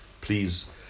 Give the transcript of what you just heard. please